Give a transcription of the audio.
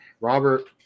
Robert